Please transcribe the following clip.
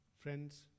friends